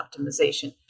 optimization